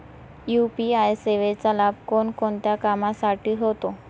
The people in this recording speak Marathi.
यू.पी.आय सेवेचा लाभ कोणकोणत्या कामासाठी होतो?